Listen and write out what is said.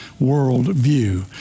worldview